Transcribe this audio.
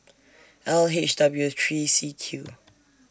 L H W three C Q